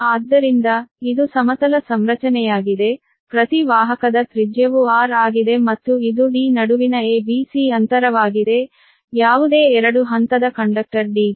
ಆದ್ದರಿಂದ ಇದು ಸಮತಲ ಸಂರಚನೆಯಾಗಿದೆ ಪ್ರತಿ ವಾಹಕದ ತ್ರಿಜ್ಯವು r ಆಗಿದೆ ಮತ್ತು ಇದು D ನಡುವಿನ a b c ಅಂತರವಾಗಿದೆ ಯಾವುದೇ ಎರಡು ಹಂತದ ಕಂಡಕ್ಟರ್ D ಗೆ